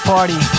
Party